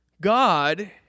God